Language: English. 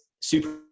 super